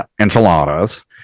enchiladas